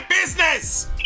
business